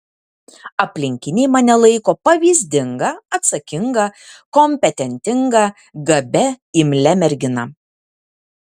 aplinkiniai mane laiko pavyzdinga atsakinga kompetentinga gabia imlia mergina